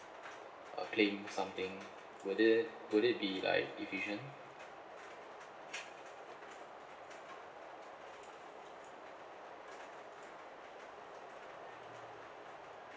uh claim something would it would it be like efficient